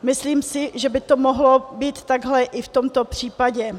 Myslím si, že by to mohlo být takhle i v tomto případě.